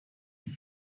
like